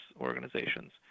organizations